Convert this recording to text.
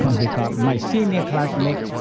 because my senior classmate,